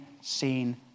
seen